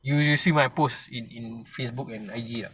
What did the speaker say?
you you see my post in in facebook and I_G tak